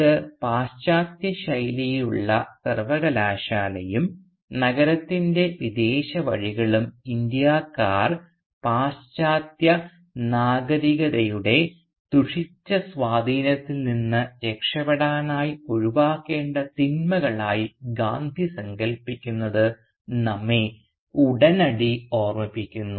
ഇത് പാശ്ചാത്യ ശൈലിയിലുള്ള സർവകലാശാലയുo നഗരത്തിൻറെ വിദേശ വഴികളും ഇന്ത്യക്കാർ പാശ്ചാത്യ നാഗരികതയുടെ ദുഷിച്ച സ്വാധീനത്തിൽ നിന്ന് രക്ഷപ്പെടാനായി ഒഴിവാക്കേണ്ട തിന്മകളായി ഗാന്ധി സങ്കൽപ്പിക്കുന്നത് നമ്മെ ഉടനടി ഓർമിപ്പിക്കുന്നു